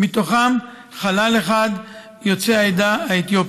ומתוכם חלל אחד הוא יוצא העדה האתיופית.